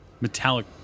metallic